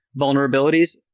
vulnerabilities